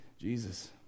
Jesus